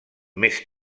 més